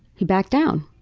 he backed down.